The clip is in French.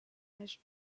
image